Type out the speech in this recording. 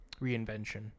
reinvention